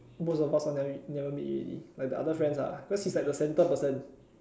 most of us all never never meet already like the other friends ah because he is the centre person